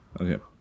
Okay